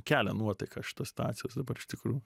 kelia nuotaiką šitos situacijos dabar iš tikrųjų